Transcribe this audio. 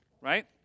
right